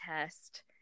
test